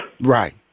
Right